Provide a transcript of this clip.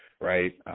Right